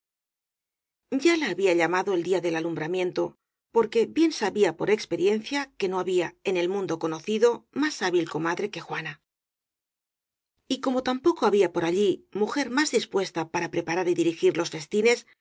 ya la había llamado el día del alumbramiento porque bien sabía por experiencia que no había en el mundo conocido más hábil comadre que juana y como tampoco había por allí mujer más dis puesta para preparar y dirigir los festines con